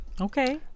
Okay